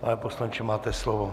Pane poslanče, máte slovo.